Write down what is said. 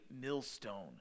millstone